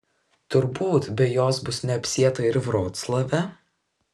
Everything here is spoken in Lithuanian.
turbūt be jos bus neapsieita ir vroclave